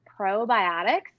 probiotics